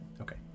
okay